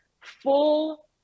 full